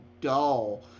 dull